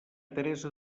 teresa